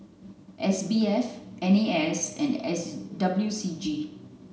S B F N A S and S W C G